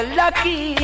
lucky